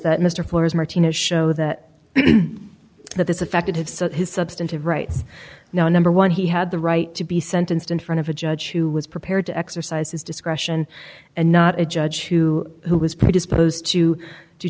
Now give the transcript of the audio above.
that mr flores martinez show that that this affected have so his substantive rights you know number one he had the right to be sentenced in front of a judge who was prepared to exercise his discretion and not a judge who who was predisposed to do